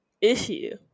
issue